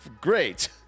great